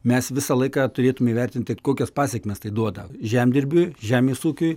mes visą laiką turėtume įvertinti kokias pasekmes tai duoda žemdirbiui žemės ūkiui